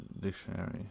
Dictionary